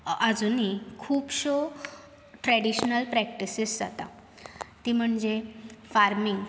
आजुनी खूबश्यो traditional practices जाता ती म्हणजे फार्मिंग